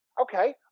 Okay